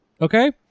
Okay